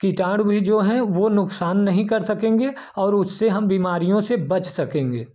कीटाणु भी जो है वो नुकसान नहीं कर सकेंगे और उससे हम बीमारियों से बच सकेंगे